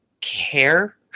care